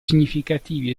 significativi